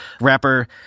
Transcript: rapper